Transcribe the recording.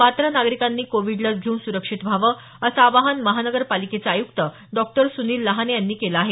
पात्र नागरिकांनी कोविड लस घेऊन सुरक्षीत व्हावं असं आवाहन महानगर पालिकेचे आयुक्त डॉ सुनिल लहाने यांनी केलं आहे